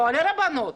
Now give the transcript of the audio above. לא לרבנות,